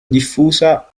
diffusa